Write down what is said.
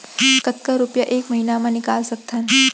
कतका रुपिया एक महीना म निकाल सकथन?